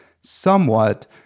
somewhat